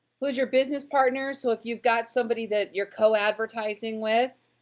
who's your business partner? so, if you've got somebody that you're co-advertising with,